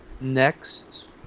Next